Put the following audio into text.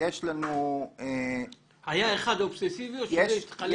היה אחד אובססיבי או שזה התחלק?